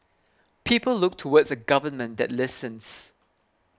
people look towards a government that listens